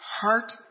heart